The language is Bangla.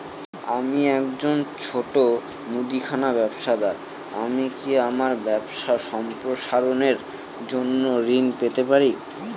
আমি একজন ছোট মুদিখানা ব্যবসাদার আমি কি আমার ব্যবসা সম্প্রসারণের জন্য ঋণ পেতে পারি?